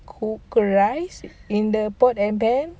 cook rice in the pot and pan